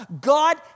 God